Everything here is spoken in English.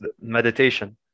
meditation